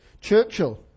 Churchill